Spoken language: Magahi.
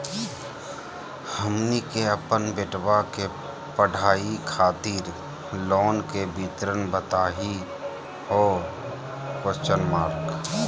हमनी के अपन बेटवा के पढाई खातीर लोन के विवरण बताही हो?